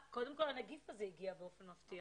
הנגיף הזה הגיע באופן מפתיע,